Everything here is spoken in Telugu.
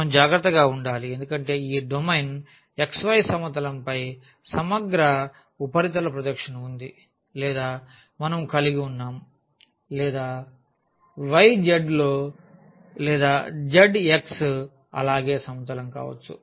మనం జాగ్రత్త గా వుండాలి ఎందుకంటే ఈ ఈ డొమైన్ xy సమతలం పై సమగ్ర ఉపరితల ప్రొజెక్షన్ ఉంది లేదా మనం కలిగివున్నాం లేదాలో YZ లేదా ZX అలాగే సమతలం కావచ్చు